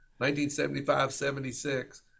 1975-76